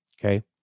okay